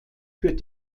für